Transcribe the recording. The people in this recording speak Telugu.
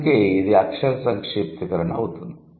అందుకే ఇది అక్షర సంక్షిప్తీకరణ అవుతుంది